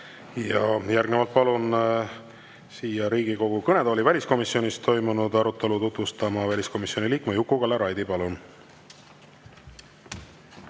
Järgnevalt palun siia Riigikogu kõnetooli väliskomisjonis toimunud arutelu tutvustama väliskomisjoni liikme Juku-Kalle Raidi. Palun!